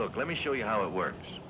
look let me show you how it works